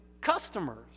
customers